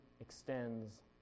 extends